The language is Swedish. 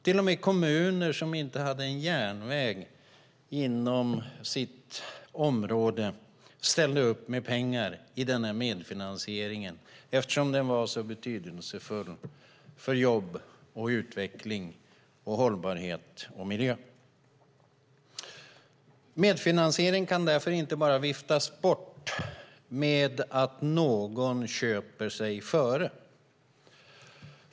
Till och med kommuner som inte hade järnväg inom sitt område ställde upp med pengar i medfinansieringen eftersom den var så betydelsefull för jobb, utveckling, hållbarhet och miljö. Medfinansiering kan därför inte bara viftas bort med att någon köper sig före i kön.